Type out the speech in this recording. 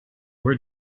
were